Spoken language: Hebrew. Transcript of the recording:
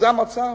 זה המצב?